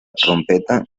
trompeta